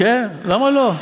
כן, למה לא?